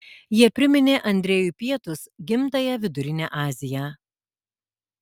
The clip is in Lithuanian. jie priminė andrejui pietus gimtąją vidurinę aziją